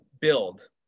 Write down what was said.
build